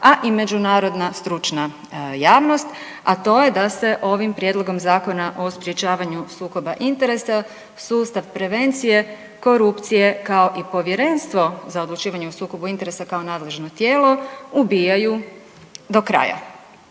a i međunarodna stručna javnost, a to je da se ovim Prijedlogom zakona o sprječavanju sukoba interesa, sustav prevencije korupcije, kao i Povjerenstvo za odlučivanje o sukobu interesa kao nadležno tijelo, ubijaju do kraja.